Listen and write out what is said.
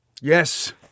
Yes